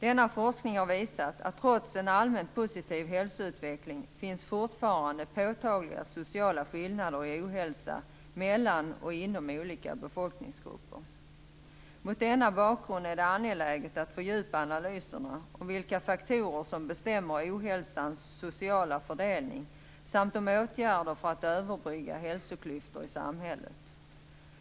Denna forskning har visat att det trots en allmänt positiv hälsoutveckling fortfarande finns påtagliga sociala skillnader i ohälsa mellan och inom olika befolkningsgrupper. Mot denna bakgrund är det angeläget att fördjupa analyserna om vilka faktorer som bestämmer ohälsans sociala fördelning samt om åtgärder för att överbygga hälsoklyftor i samhället.